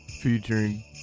featuring